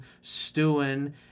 stewing